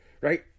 right